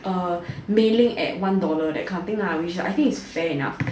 ah mei ling at one dollar that kind of thing I wish I think it's fair enough